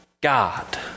God